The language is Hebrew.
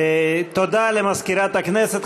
תודה למזכירת הכנסת.